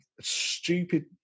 stupid